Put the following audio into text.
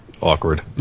Awkward